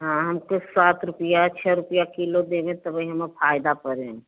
हाँ हमको सात रुपये छः रुपये किलो देंगे तब ही हमें फायदा पड़े